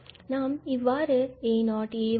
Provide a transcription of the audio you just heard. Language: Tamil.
நாம் இவ்வாறு a0a1a2